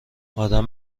ادم